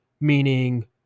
meaning